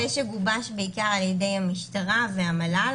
זה מתווה שגובש בעיקר על ידי המשטרה והמל"ל,